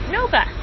Nova